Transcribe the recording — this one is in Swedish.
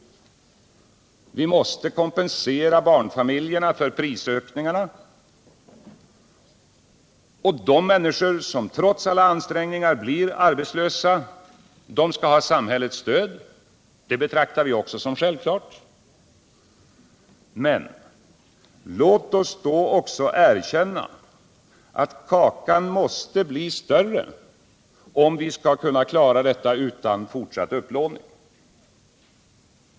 Vi måste kompensera barnfamiljerna för prisökningarna. Att de människor som trots alla ansträngningar blir arbetslösa skall ha samhällets stöd betraktar vi också som självklart. Men låt oss då också erkänna att kakan måste bli större, om vi skall klara detta utan fortsatt upplåning.